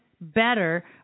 better